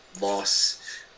loss